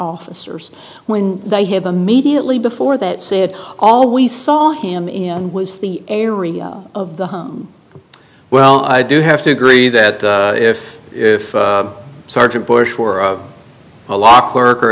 officers when they have immediately before that said all we saw him in was the area of the home well i do have to agree that if if sergeant bush were a law clerk or